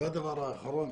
והדבר האחרון,